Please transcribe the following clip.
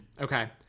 Okay